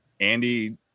Andy